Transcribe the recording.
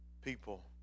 people